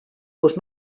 was